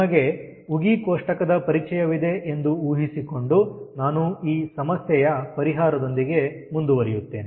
ನಿಮಗೆ ಉಗಿ ಕೋಷ್ಟಕದ ಪರಿಚಯವಿದೆ ಎಂದು ಊಹಿಸಿಕೊಂಡು ನಾನು ಈ ಸಮಸ್ಯೆಯ ಪರಿಹಾರದೊಂದಿಗೆ ಮುಂದುವರಿಸುತ್ತಿದ್ದೇನೆ